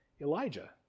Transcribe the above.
Elijah